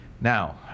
Now